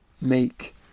make